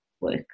work